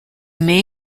may